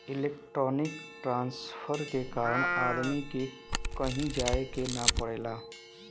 electronic transfer के कारण आदमी के कहीं जाये के ना पड़ेला